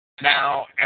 Now